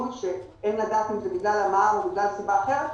שאין לדעת אם זה בגלל המע"מ או בגלל סיבה אחרת,